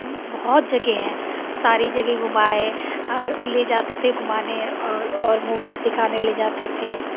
बहुत जगह है सारी जगह घूमाये ले जाते थे घुमाए और मूवीज दिखाने ले जाते थे